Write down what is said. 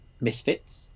misfits